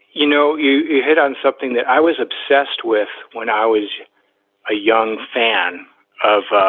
you know, you hit on something that i was obsessed with when i was a young fan of